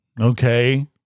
Okay